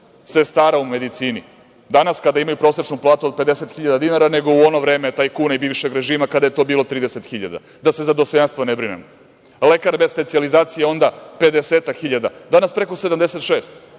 sestara u medicini danas kada imaju prosečnu platu od 50.000 dinara nego u ono vreme tajkuna i bivšeg režima kada je to bilo 30.000. Da se za dostojanstvo ne brinemo, lekara bez specijalizacije onda 50-ak hiljada, danas preko 76.